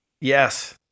Yes